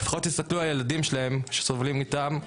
לפחות תסתכלו על הילדים שלהם שסובלים איתם.